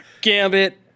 Gambit